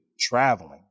traveling